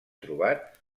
trobat